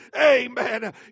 Amen